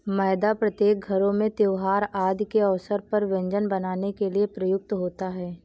मैदा प्रत्येक घरों में त्योहार आदि के अवसर पर व्यंजन बनाने के लिए प्रयुक्त होता है